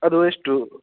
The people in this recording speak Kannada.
ಅದು ಎಷ್ಟು